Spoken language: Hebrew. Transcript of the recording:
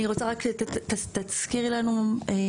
אני רוצה רק לתת, תזכירי לנו מה?